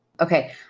Okay